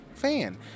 fan